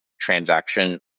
transaction